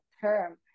term